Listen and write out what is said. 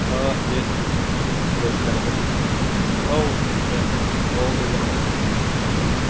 दे दे जागोन दे औ दे औ दे जागोन दे